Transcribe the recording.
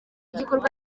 gikorwa